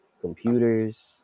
computers